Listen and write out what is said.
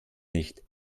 nicht